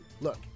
Look